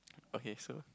okay so